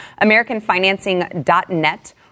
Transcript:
AmericanFinancing.net